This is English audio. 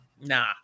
Nah